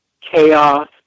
chaos